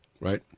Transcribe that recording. right